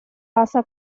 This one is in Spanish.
pasa